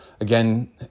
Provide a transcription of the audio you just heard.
Again